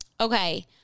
Okay